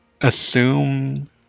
assume